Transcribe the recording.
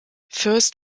fürst